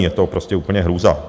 Je to prostě úplně hrůza.